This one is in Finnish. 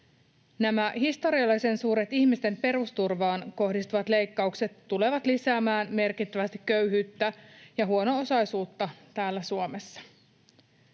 Nämä historiallisen suuret ihmisten perusturvaan kohdistuvat leikkaukset tulevat lisäämään merkittävästi köyhyyttä ja huono-osaisuutta täällä Suomessa.